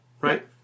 right